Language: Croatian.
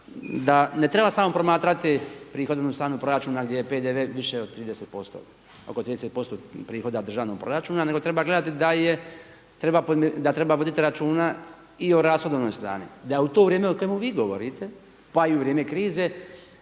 da ne treba samo promatrati prihodovnu stranu proračuna gdje je PDV više od 30% prihoda od državnog proračuna nego treba gledati da treba voditi računa i o rashodovnoj strani. Da je u to vrijeme o kojem vi govorite pa i u vrijeme krize